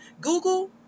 Google